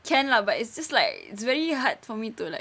can lah but it's just like it's very hard for me to like